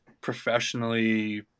professionally